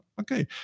Okay